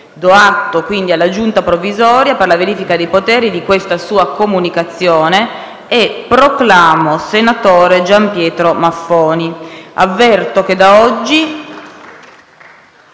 Do atto quindi alla Giunta provvisoria per la verifica dei poteri di questa sua comunicazione e proclamo senatore Gianpietro Maffoni. *(Applausi dai